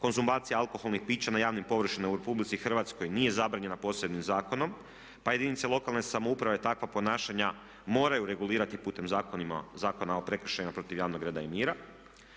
konzumacija alkoholnih pića na javnim površinama u Republici Hrvatskoj nije zabranjena posebnim zakonom pa jedinice lokalne samouprave takva ponašanja moraju regulirati putem Zakona o prekršajima protiv javnog reda i mira.